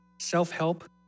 Self-help